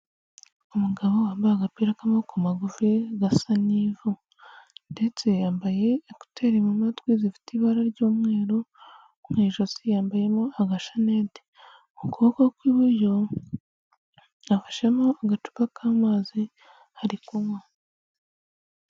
Umugabo wambaye agapira k'amaboko magufi gasa n'ivu, ndetse yambaye ekuteri mu matwi zifite ibara ry'umweru, mu ijosi yambayemo agashaneti, mu kuboko kw'iburyo, afashemo agacupa k'amazi ari kunywa.